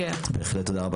תודה רבה.